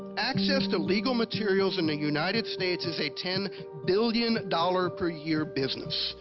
access to legal materials in the united states is a ten billion dollar per year business.